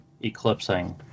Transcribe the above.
eclipsing